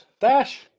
Dash